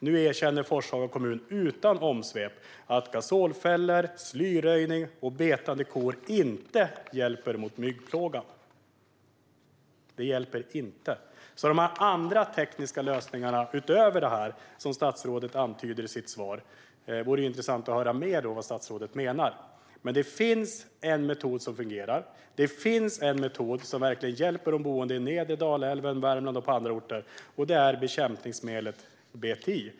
Nu erkänner Forshaga kommun, utan omsvep, att gasolfällor, slyröjning och betande kor inte hjälper mot myggplågan." Det hjälper alltså inte. Det vore därför intressant att höra mer från statsrådet om de andra tekniska lösningar, utöver detta, som hon antyder i sitt svar. Det finns dock en metod som fungerar. Det finns en metod som verkligen hjälper de boende vid nedre Dalälven, i Värmland och på andra orter, och det är bekämpningsmedlet BTI.